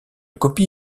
copie